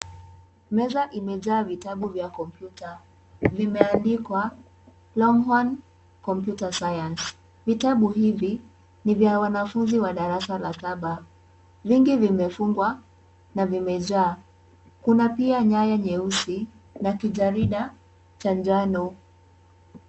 Meza imejaa vitabu vya computer .Vimeandikwa longhorn computer science .Vitabu hivi ni vya wanafunzi wa darasa la saba. Vingi vimefungwa na vimejaa. Kuna pia nyaya nyesusi na kijarida cha njano.